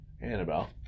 annabelle